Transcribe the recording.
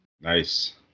Nice